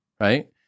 right